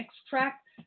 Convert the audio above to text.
extract